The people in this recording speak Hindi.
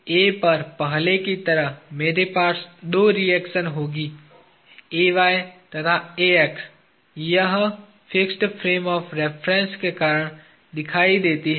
A पर पहले की तरह मेरे पास दो रिएक्शन होंगी और यह फिक्स्ड फ्रेम ऑफ़ रेफरेन्स के कारण दिखाई देती है